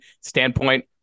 standpoint